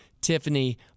Tiffany